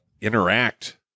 Interact